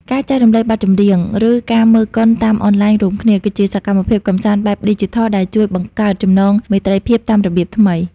ការចែករំលែកចម្រៀង ឬការមើលកុនតាមអនឡាញរួមគ្នា គឺជាសកម្មភាពកម្សាន្តបែបឌីជីថលដែលជួយបង្កើតចំណងមេត្រីភាពតាមរបៀបថ្មី។